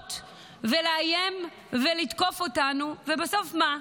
להתגרות ולאיים ולתקוף אותנו, ובסוף מה?